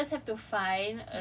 I just like I just have to fill